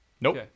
Nope